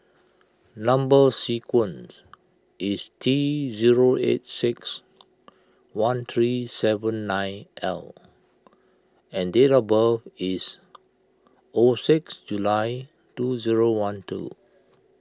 Number Sequence is T zero eight six one three seven nine L and date of birth is O six July two zero one two